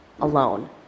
alone